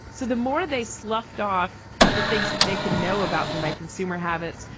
so the more they sloughed off the things that they could know about me, my consumer habits,